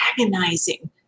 agonizing